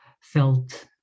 felt